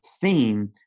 theme